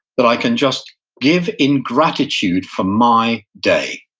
that i can just give in gratitude for my day,